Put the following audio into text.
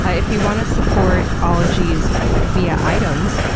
if you wanna support ologies via items,